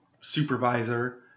supervisor